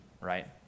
right